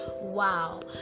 wow